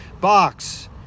box